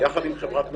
יחד עם חברת מקורות,